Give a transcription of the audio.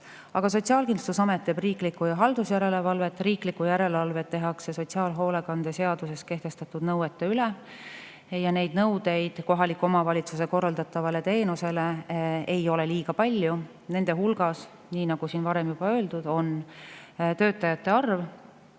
tegevustele. Sotsiaalkindlustusamet teeb riiklikku ja haldusjärelevalvet. Riiklikku järelevalvet tehakse sotsiaalhoolekande seaduses kehtestatud nõuete [täitmise] üle, ja neid nõudeid kohaliku omavalitsuse korraldatavale teenusele ei ole liiga palju. Nende hulgas, nii nagu juba öeldud, on töötajate arv